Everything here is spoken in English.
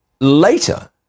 Later